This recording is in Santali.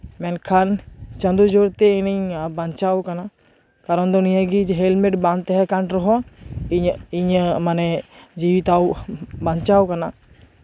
ᱢᱮᱱᱠᱷᱟᱱ ᱪᱟᱸᱫᱳ ᱡᱳᱨᱛᱮ ᱤᱧᱤᱧ ᱵᱟᱧᱪᱟᱣ ᱟᱠᱟᱱᱟ ᱠᱟᱨᱚᱱ ᱫᱚ ᱱᱤᱭᱟᱹᱜᱮ ᱦᱮᱞᱢᱮᱴ ᱵᱟᱝ ᱛᱟᱦᱮᱸ ᱠᱟᱱ ᱨᱮᱦᱚᱸ ᱤᱧᱟᱹᱜ ᱤᱧᱟᱹᱜ ᱢᱟᱱᱮ ᱡᱤᱣᱤ ᱛᱟᱣ ᱵᱟᱧᱪᱟᱣ ᱟᱠᱟᱱᱟ